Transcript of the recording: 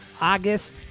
August